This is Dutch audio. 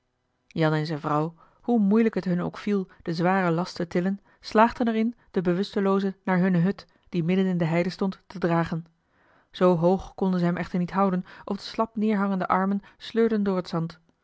jan en zijne vrouw hoe moeilijk het hun ook viel den zwaren last te tillen slaagden er in den bewustelooze naar hunne hut die midden in de heide stond te dragen zoo hoog konden ze hem echter niet houden of de slap neerhangende armen sleurden door het zand